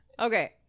Okay